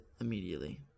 immediately